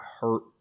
hurt